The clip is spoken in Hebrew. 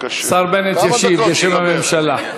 השר בנט ישיב בשם הממשלה.